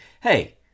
Hey